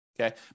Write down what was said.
okay